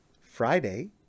Friday